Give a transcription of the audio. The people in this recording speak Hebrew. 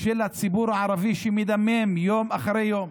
של הציבור הערבי, שמדמם יום אחרי יום.